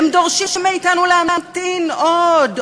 הם דורשים מאתנו להמתין עוד,